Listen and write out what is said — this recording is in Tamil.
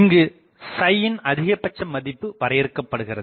இங்கு ன் அதிகபட்ச மதிப்பு வரையறுக்கபடுகிறது